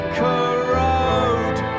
corrode